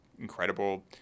incredible